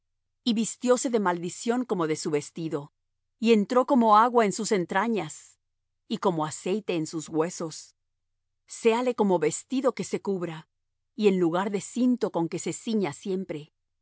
y vistióse de maldición como de su vestido y entró como agua en sus entrañas y como aceite en sus huesos séale como vestido con que se cubra y en lugar de cinto con que se ciña siempre